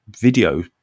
video